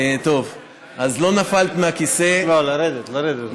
אני לא מאוד מאוכזבת.